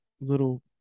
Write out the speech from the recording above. little